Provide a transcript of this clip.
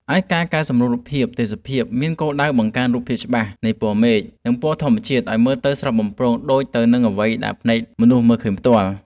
ឯការកែសម្រួលរូបភាពទេសភាពមានគោលដៅបង្កើនភាពច្បាស់នៃពណ៌មេឃ និងពណ៌ធម្មជាតិឱ្យមើលទៅស្រស់បំព្រងដូចទៅនឹងអ្វីដែលភ្នែកមនុស្សមើលឃើញផ្ទាល់។